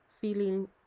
feeling